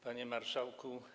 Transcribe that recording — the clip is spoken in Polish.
Panie Marszałku!